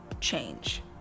change